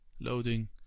Loading